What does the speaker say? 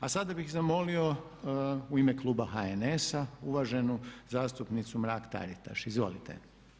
A sada bih zamolio u ime kluba HNS-a uvaženu zastupnicu Mrak Taritaš, izvolite.